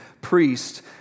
priest